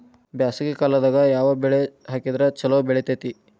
ಬ್ಯಾಸಗಿ ಕಾಲದಾಗ ಯಾವ ಬೆಳಿ ಹಾಕಿದ್ರ ಛಲೋ ಬೆಳಿತೇತಿ?